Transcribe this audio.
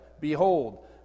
behold